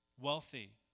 wealthy